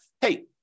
hey